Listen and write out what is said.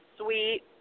sweet